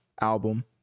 album